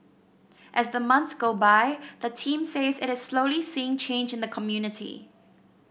as the months go by the team says it is slowly seeing change in the community